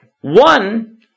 One